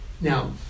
Now